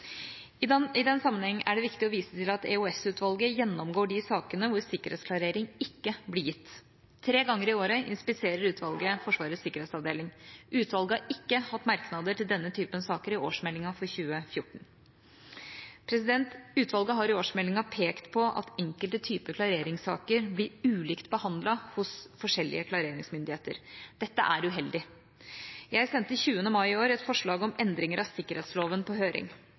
I den sammenheng er det viktig å vise til at EOS-utvalget gjennomgår de sakene hvor sikkerhetsklarering ikke blir gitt. Tre ganger i året inspiserer utvalget Forsvarets sikkerhetsavdeling. Utvalget har ikke hatt merknader til denne typen saker i årsmeldinga for 2014. Utvalget har i årsmeldinga pekt på at enkelte typer klareringssaker blir ulikt behandlet hos ulike klareringsmyndigheter. Dette er uheldig. Jeg sendte den 20. mai i år et forslag til endringer av sikkerhetsloven på høring.